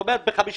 ואני אומר: בואו